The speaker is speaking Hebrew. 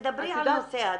תדברי על נושא הדיון.